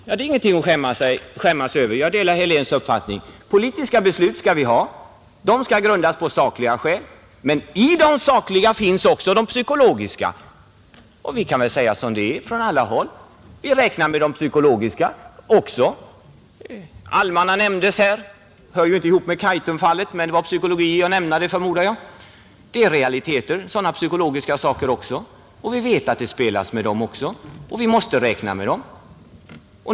För det är ett politiskt beslut — det är ingenting att skämmas över. Jag delar herr Heléns uppfattning där. Politiska beslut skall vi ha. De skall grundas på sakliga skäl. Men i de sakliga skälen ingår också de psykologiska. Vi kan väl från alla håll säga som det är: vi räknar med de psykologiska också. Almarna nämndes här. De hör ju inte ihop med Kaitumfallet, men det var psykologiskt att nämna dem, förmodar jag. Även sådana psykologiska saker är realiteter. Vi vet att det spelas med dem också, och vi måste räkna med dem.